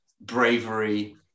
bravery